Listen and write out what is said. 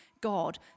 God